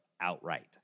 outright